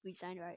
resign right